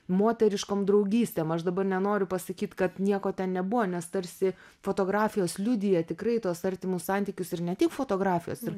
moteriškom draugystėm aš dabar nenoriu pasakyt kad nieko ten nebuvo nes tarsi fotografijos liudija tikrai tuos artimus santykius ir ne tik fotografijos ir